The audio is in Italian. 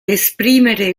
esprimere